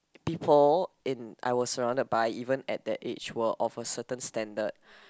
people in I was surrounded by even at that age were of a certain standard